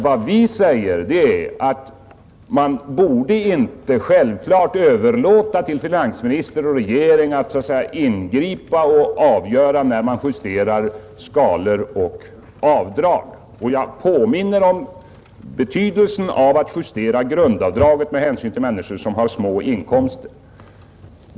Vad vi säger är att man inte borde överlåta till finansministern och regeringen att ingripa och företa justeringar av skalor och avdrag. Jag påminner om betydelsen av att justera grundavdragen med hänsyn till människor som har små inkomster.